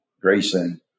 Grayson